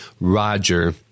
Roger